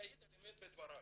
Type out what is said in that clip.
להעיד על האמת בדבריי.